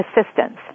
assistance